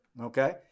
Okay